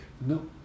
No